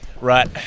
Right